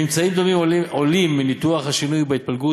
ממצאים דומים עולים מניתוח השינוי בהתפלגות